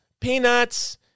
peanuts